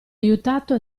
aiutato